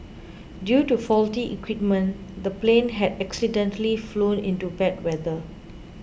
due to faulty equipment the plane had accidentally flown into bad weather